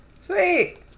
Sweet